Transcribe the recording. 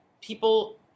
people